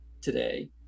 today